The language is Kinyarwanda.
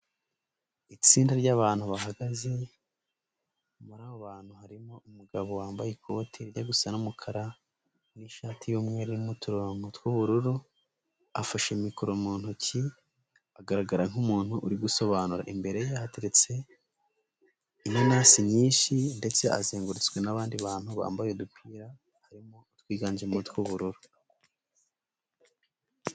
Itsinda ry'abantutu bahagaze, muri abo bantu harimo umugabo wambaye ikoti rye gusa n'umukara n'ishati y'umweru n'uturongo tw'ubururu, afashe mikoro mu ntoki, agaragara nk'umuntu uri gusobanura. Imbere yateretse inasi nyinshi ndetse azengurutswe n'abandi bantu bambaye udupira harimo utwiganjemo utw'ubururu.